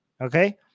okay